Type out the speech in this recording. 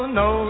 no